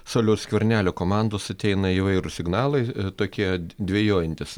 sauliaus skvernelio komandos ateina įvairūs signalai tokie dvejojantys